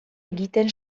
egiten